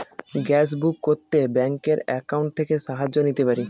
Gas book করতে ব্যাংকের account থেকে সাহায্য নিতে পারি?